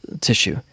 tissue